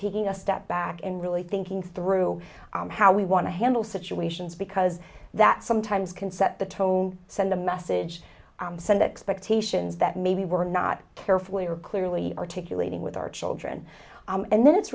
taking a step back and really thinking through how we want to handle situations because that sometimes can set the tone send a message sent expectations that maybe we're not careful we are clearly articulating with our children and then it's